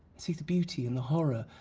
see the beauty and the horror.